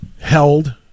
held